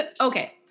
Okay